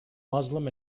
muslim